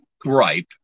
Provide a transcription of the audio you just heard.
gripe